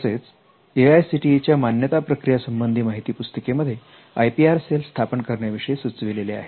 तसेच A I C T E च्या मान्यता प्रक्रिया संबंधी माहिती पुस्तिकेमध्ये आय पी आर सेल स्थापन करण्याविषयी सुचविलेले आहे